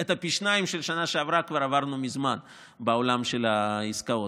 פי שניים משנה שעברה כבר עברנו מזמן בעולם של העסקאות,